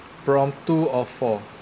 prompt two of four